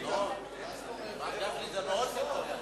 מר גפני, זה מאוד מקומם.